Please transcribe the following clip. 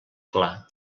clar